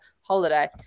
holiday